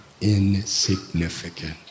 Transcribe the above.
insignificant